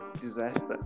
disaster